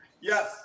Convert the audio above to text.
Yes